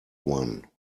one